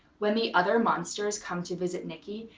when the other monsters come to visit nikki,